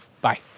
Bye